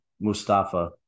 Mustafa